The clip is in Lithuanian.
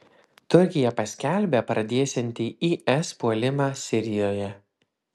turkija paskelbė pradėsianti is puolimą sirijoje